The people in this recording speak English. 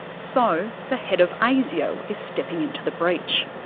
so, the head of asio is stepping into the breach.